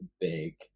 big